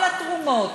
במגבלות התרומות